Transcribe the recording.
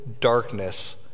darkness